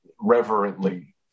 reverently